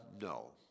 no